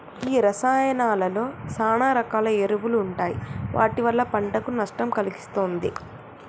గీ రసాయానాలలో సాన రకాల ఎరువులు ఉంటాయి వాటి వల్ల పంటకు నష్టం కలిగిస్తుంది